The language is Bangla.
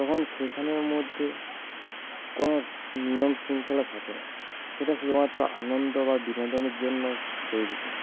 তখন সেখানের মধ্যে কোনো নিয়ম শৃঙ্খলা থাকে না সেটা শুধুমাত্র আনন্দ বা বিনোদনের জন্য তৈরি হয়